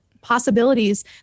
possibilities